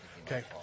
Okay